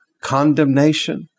condemnation